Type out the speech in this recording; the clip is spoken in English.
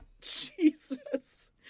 Jesus